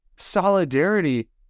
Solidarity